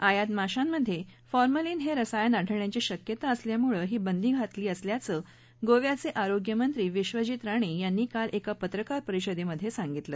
आयात माशांमध्ये फॉर्मलीन हे रसायन आढळण्याची शक्यता असल्यामुळे ही बंदी घातली असल्याचं गोव्याचे आरोग्यमंत्री विश्वजीत राणे यांनी काल एका पत्रकार परिषदेमध्ये सांगितलं